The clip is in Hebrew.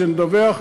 כשנדווח,